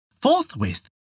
Forthwith